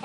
14:05.